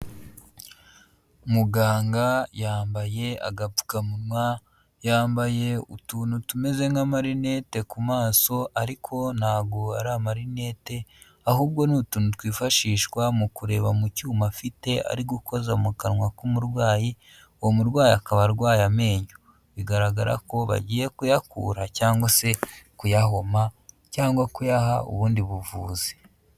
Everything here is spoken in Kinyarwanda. Muganga yambaye agapfukamunwa, yambaye utuntu tumeze nk'amarinete ku maso, ariko ntabwo ari amarinete, ahubwo ni utuntu twifashishwa mu kureba mu cyuma afite, ari gukoza mu kanwa k'umurwayi, uwo murwayi akaba arwaye amenyo. Bigaragara ko bagiye kuyakura cyangwa se kuyahoma, cyangwa kuyaha ubundi buvuzi.